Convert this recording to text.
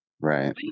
right